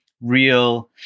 real